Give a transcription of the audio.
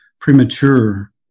premature